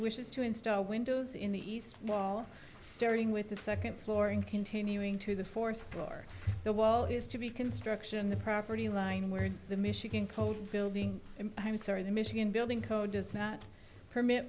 wishes to install windows in the east wall starting with the second floor and continuing to the fourth hour while he is to be construction the property line where the michigan code building i'm sorry the michigan building code does not permit